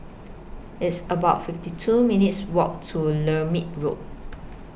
It's about fifty two minutes' Walk to Lermit Road